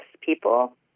people